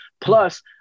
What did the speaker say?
Plus